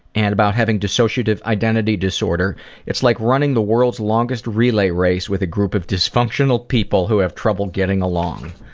and about having dissociative identity disorder it's like running the world's longest relay race with a group of dysfunctional people who have trouble getting along.